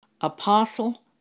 apostle